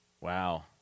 Wow